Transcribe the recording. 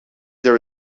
there